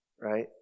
right